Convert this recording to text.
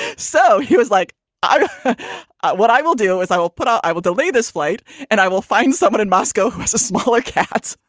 so he was like i know what i will do is i will put um i will delay this flight and i will find someone in moscow who has a smaller cat.